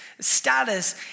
status